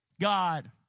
God